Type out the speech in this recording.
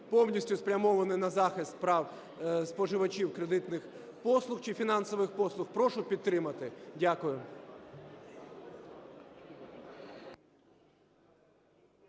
повністю спрямований на захист прав споживачів кредитних послуг чи фінансових послуг. Прошу підтримати. Дякую.